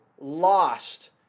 lost